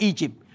Egypt